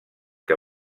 que